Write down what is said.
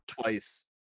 twice